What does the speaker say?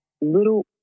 little